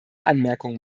anmerkung